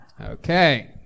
Okay